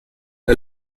the